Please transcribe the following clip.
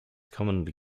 commonly